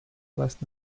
last